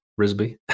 Risby